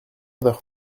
d’heure